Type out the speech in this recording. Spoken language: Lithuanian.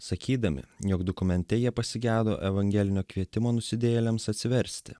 sakydami jog dokumente jie pasigedo evangelinio kvietimo nusidėjėliams atsiversti